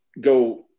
go